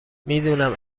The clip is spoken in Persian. میدونم